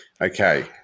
okay